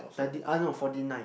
thirty ah no forty nine